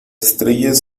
estrellas